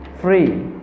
free